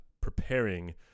preparing